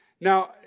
now